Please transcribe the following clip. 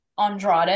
Andrade